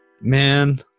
Man